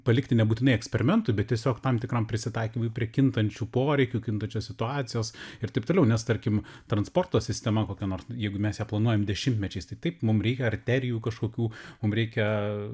palikti nebūtinai eksperimentui bet tiesiog tam tikram prisitaikymui prie kintančių poreikių kintančios situacijos ir taip toliau nes tarkim transporto sistema kokia nors nu jeigu mes ją planuojam dešimtmečiais tai taip mum reikia arterijų kažkokių mum reikia